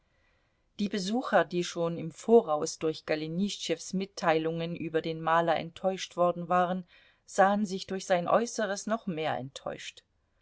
die besucher die schon im voraus durch golenischtschews mitteilungen über den maler enttäuscht worden waren sahen sich durch sein äußeres noch mehr enttäuscht